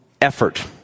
effort